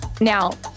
Now